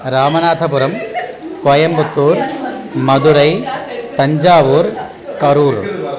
Ramanathapuram Coimbatore Madurai Thanjavur Karur